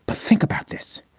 but think about this.